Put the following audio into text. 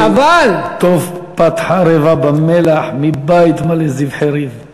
אבל, אפילו "טוב פת חרבה במלח מבית מלא זבחי ריב",